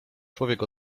człowiek